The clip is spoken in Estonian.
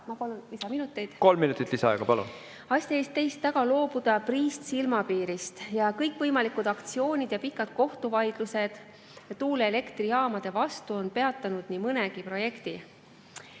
Ma palun lisaminuteid. Kolm minutit lisaaega. Palun! ... loobuda priist silmapiirist. Kõikvõimalikud aktsioonid ja pikad kohtuvaidlused tuuleelektrijaamade vastu on peatanud nii mõnegi projekti. Esimest